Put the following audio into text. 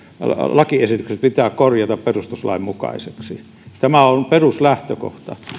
lakiesitykset pitää korjata perustuslain mukaisiksi tämä on peruslähtökohta